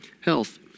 health